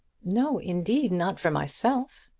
no, indeed not for myself.